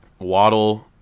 Waddle